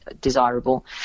desirable